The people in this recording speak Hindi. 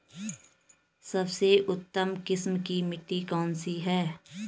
सबसे उत्तम किस्म की मिट्टी कौन सी है?